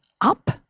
up